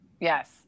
Yes